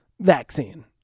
vaccine